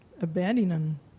abandoning